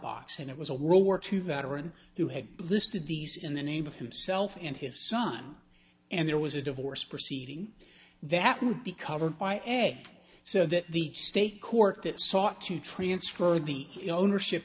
box and it was a world war two veteran who had listed these in the name of himself and his son and there was a divorce proceeding that would be covered by eg so that the state court that sought to transfer the ownership